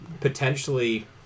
potentially